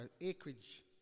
acreage